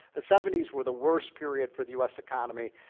the seventy s were the worst period for the us economy.